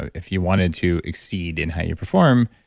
if you wanted to exceed in how you perform,